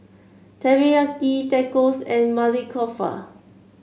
Teriyaki Tacos and Maili Kofta